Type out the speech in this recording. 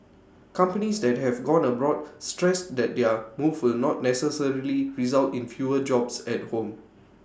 companies that have gone abroad stressed that their move will not necessarily result in fewer jobs at home